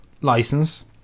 license